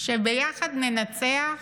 ש"ביחד ננצח"